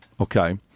okay